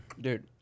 dude